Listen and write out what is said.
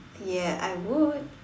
ya I would